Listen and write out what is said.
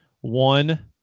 one